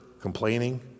complaining